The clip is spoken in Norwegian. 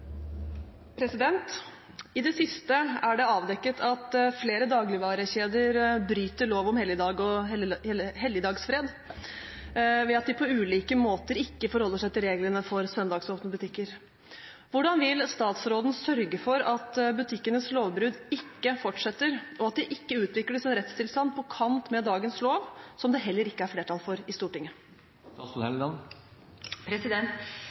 det siste er det avdekket at flere dagligvarekjeder bryter lov om helligdag og helligdagsfred, ved på ulike måter ikke å forholde seg til reglene for søndagsåpne butikker. Hvordan vil statsråden sørge for at butikkenes lovbrudd ikke fortsetter, og at det ikke utvikles en rettstilstand på kant med dagens lov, som det heller ikke er flertall for i Stortinget?»